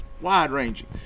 wide-ranging